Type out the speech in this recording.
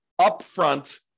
upfront